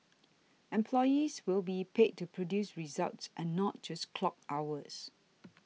employees will be paid to produce results and not just clock hours